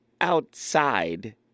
outside